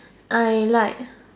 I like